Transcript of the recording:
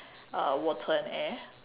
uh water and air